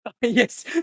yes